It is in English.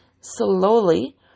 slowly